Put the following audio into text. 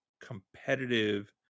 competitive